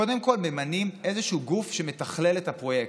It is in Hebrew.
קודם כול ממנים איזשהו גוף שמתכלל את הפרויקט,